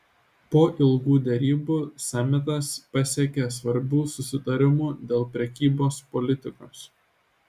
po ilgų derybų samitas pasiekė svarbių susitarimų dėl prekybos politikos